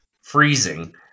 freezing